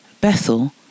Bethel